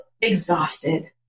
exhausted